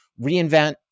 reInvent